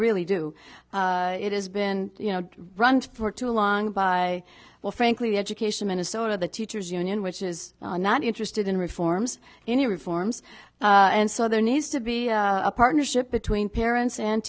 really do it has been you know run for too long by well frankly education minnesota the teachers union which is not interested in reforms any reforms and so there needs to be a partnership between parents and